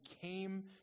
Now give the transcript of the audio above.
came